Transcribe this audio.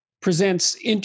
presents